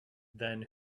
then